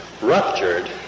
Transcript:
ruptured